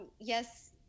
yes